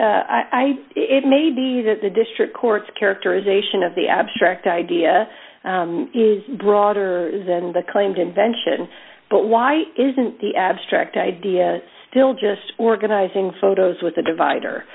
think it may be that the district court characterization of the abstract idea is broader than the claimed invention but why isn't the abstract idea still just organizing photos with a divider